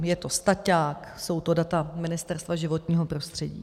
Je to staťák, jsou to data Ministerstva životního prostředí.